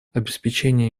обеспечение